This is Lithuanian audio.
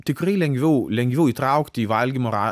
tikrai lengviau lengviau įtraukti į valgymo ra